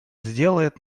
сделает